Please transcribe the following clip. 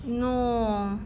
no